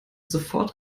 sofort